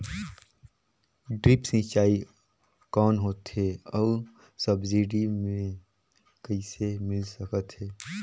Drip सिंचाई कौन होथे अउ सब्सिडी मे कइसे मिल सकत हे?